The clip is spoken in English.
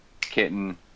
Kitten